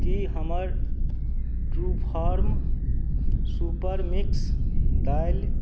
कि हमर Truefarm super mix दालि